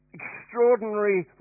extraordinary